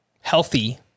healthy